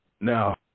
Now